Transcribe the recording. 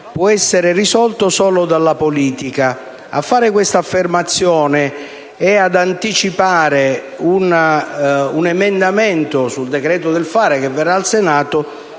può essere risolto solo dalla politica. A fare questa affermazione, e ad anticipare un emendamento sul "decreto del fare" che verrà al Senato,